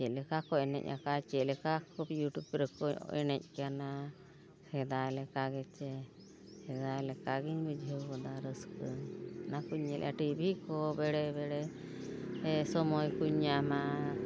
ᱪᱮᱫ ᱞᱮᱠᱟ ᱠᱚ ᱮᱱᱮᱡ ᱟᱠᱟᱫᱟ ᱪᱮᱫ ᱞᱮᱠᱟ ᱠᱚ ᱤᱭᱩᱴᱩᱵᱽ ᱨᱮᱠᱚ ᱮᱱᱮᱡ ᱠᱟᱱᱟ ᱥᱮᱫᱟᱭ ᱞᱮᱠᱟ ᱜᱮᱥᱮ ᱥᱮᱫᱟᱭ ᱞᱮᱠᱟᱜᱤᱧ ᱵᱩᱡᱷᱟᱹᱣ ᱜᱚᱫᱟ ᱨᱟᱹᱥᱠᱟᱹ ᱚᱱᱟᱠᱚᱧ ᱧᱮᱞᱮᱜᱼᱟ ᱴᱤᱵᱷᱤ ᱠᱚ ᱵᱮᱲᱮ ᱵᱮᱲᱮ ᱥᱳᱢᱳᱭ ᱠᱚᱧ ᱧᱟᱢᱟ